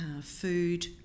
food